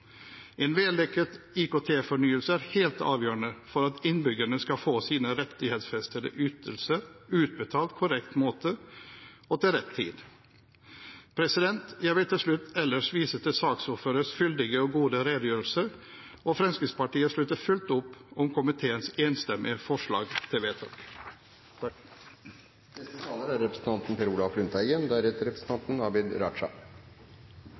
En vellykket IKT-fornyelse er helt avgjørende for at innbyggerne skal få sine rettighetsfestede ytelser utbetalt på korrekt måte og til rett tid. Jeg vil til slutt ellers vise til saksordførerens fyldige og gode redegjørelse. Fremskrittspartiet slutter fullt opp om komiteens enstemmige forslag til vedtak. Også jeg vil takke saksordføreren for en stor jobb. Jeg vil også slutte meg til den tallforståelsen som representanten